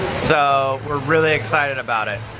so, we're really excited about it.